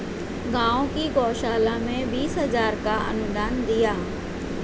गांव की गौशाला में बीस हजार का अनुदान दिया